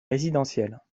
résidentielles